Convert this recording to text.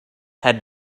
had